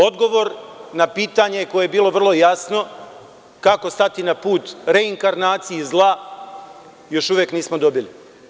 Odgovor na pitanje koje je bilo vrlo jasno – kako stati na put reinkarnaciji zla, još uvek nismo dobili.